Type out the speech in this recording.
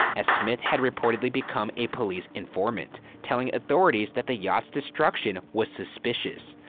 as smith had reportedly become a police informant telling authorities that the yacht's destruction was suspicious,